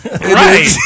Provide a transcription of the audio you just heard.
Right